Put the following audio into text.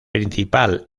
principal